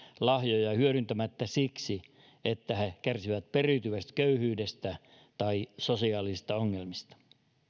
lahjoja hyödyntämättä siksi että he kärsivät periytyvästä köyhyydestä tai sosiaalisista ongelmista